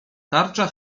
tarcza